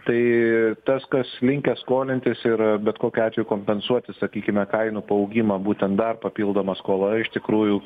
tai tas kas linkę skolintis ir bet kokiu atveju kompensuoti sakykime kainų paaugimą būtent dar papildoma skola iš tikrųjų